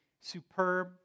superb